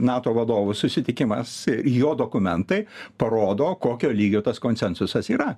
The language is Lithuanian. nato vadovų susitikimas jo dokumentai parodo kokio lygio tas konsensusas yra